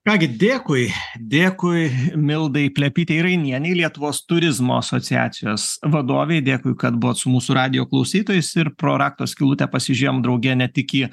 ką gi dėkui dėkui mildai plepytei rainienei lietuvos turizmo asociacijos vadovei dėkui kad buvot su mūsų radijo klausytojais ir pro rakto skylutę pasižiūrėjom drauge ne tik į